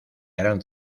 gran